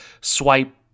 swipe